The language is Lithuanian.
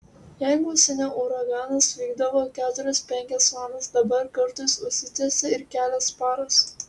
jeigu seniau uraganas vykdavo keturias penkias valandas dabar kartais užsitęsia ir kelias paras